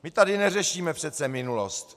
My tady neřešíme přece minulost.